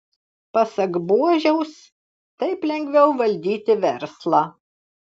pasak buožiaus taip lengviau valdyti verslą